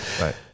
right